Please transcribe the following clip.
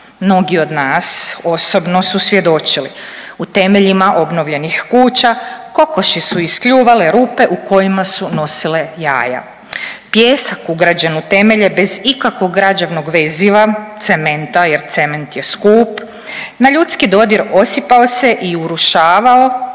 Mnogi od nas osobno su svjedočili u temeljima obnovljenih kuća kokoši su iskljuvale rupe u kojima su nosile jaja. Pijesak ugrađen u temelje bez ikakvog građevnog veziva, cementa, jer cement je skup na ljudski dodir osipao se i urušavao